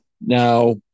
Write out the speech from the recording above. now